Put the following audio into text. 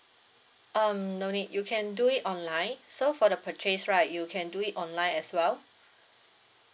um no need you can do it online so for the purchase right you can do it online as well